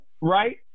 right